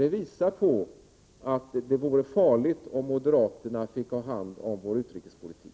Det visar att det vore farligt om moderaterna fick ha hand om vår utrikespolitik.